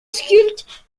sculpte